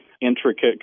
intricate